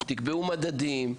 תקבעו מדדים,